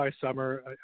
summer